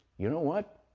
you know what?